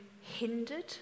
hindered